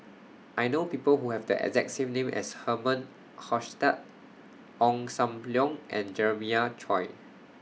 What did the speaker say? I know People Who Have The exact same name as Herman Hochstadt Ong SAM Leong and Jeremiah Choy